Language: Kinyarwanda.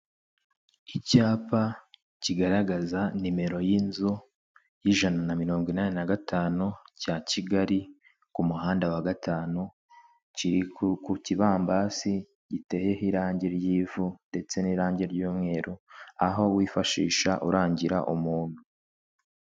Icyapa kigaragaza nimero y'inzu y'ijana na mirongo inani na gatanu cya kigali ku muhanda wa gatanu kiri ku kibambasi giteyeho irangi ry'ivu ndetse n'irangi ry'umweru aho wifashisha urangira umuntu.